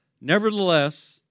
Nevertheless